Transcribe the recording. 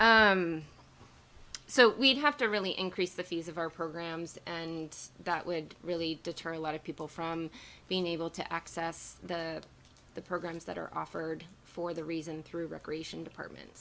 ok so we'd have to really increase the fees of our programs and that would really deter a lot of people from being able to access the programs that are offered for the reason through recreation department